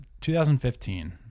2015